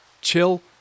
chill